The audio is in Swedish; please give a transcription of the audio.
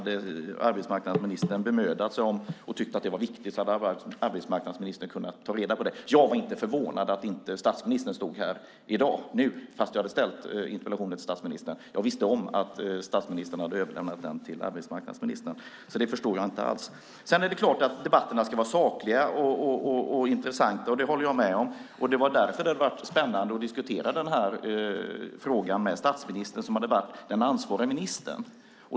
Om arbetsmarknadsministern hade bemödat sig och tyckt att detta var viktigt hade han kunnat ta reda på det. Jag är inte förvånad över att statsministern inte står här i dag trots att jag hade ställt interpellationen till statsministern. Jag visste om att statsministern hade överlämnat den till arbetsmarknadsministern. Därför förstår jag inte alls detta. Det är klart att debatterna ska vara sakliga och intressanta. Det håller jag med om. Därför hade det varit spännande att diskutera denna fråga med statsministern som är den ansvarige ministern.